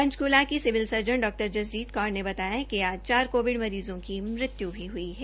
पंचकूला के civil surgeon डा स ीत कौर ने बताया कि आ चार कोविड मरीज़ों की मृत्यु भी हुई है